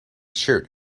shirt